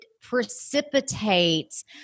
precipitates